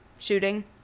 shooting